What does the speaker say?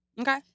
Okay